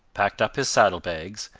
packed up his saddle-bags,